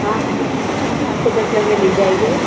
हाँ आपको दस लहंगे मिल जाएंगे